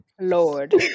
lord